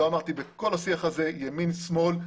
בכל השיח הזה לא אמרתי ימין ושמאל.